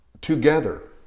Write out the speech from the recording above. together